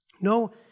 No